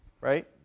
right